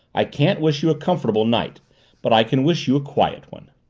i can't wish you a comfortable night but i can wish you a quiet one.